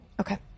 okay